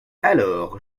alors